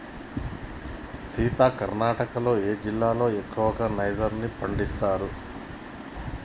సీత కర్ణాటకలో ఏ జిల్లాలో ఎక్కువగా నైజర్ ని పండిస్తారు